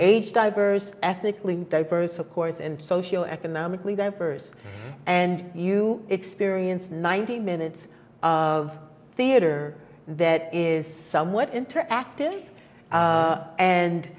age diverse ethnically diverse of course and socio economically diverse and you experience ninety minutes of theater that is somewhat interactive a